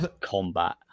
combat